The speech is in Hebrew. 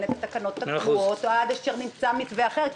את התקנות הקבועות או עד אשר נמצא מתווה אחר,